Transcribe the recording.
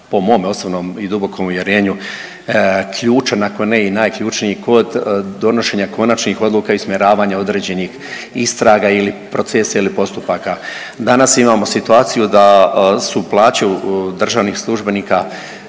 po mome osobnom i dubokom uvjerenju ključan, ako ne i najključniji kod donošenja konačnih odluka i usmjeravanja određenih istraga ili procesa ili postupaka. Danas imamo situaciju da su plaće u državnih službenika